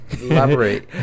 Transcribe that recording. elaborate